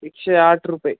एकशे आठ रुपये